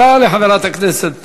תודה לחברת הכנסת